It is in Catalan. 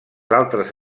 altres